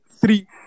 three